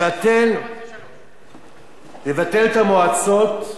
לבטל את המועצות, להקים מועצה אחת משותפת,